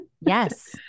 Yes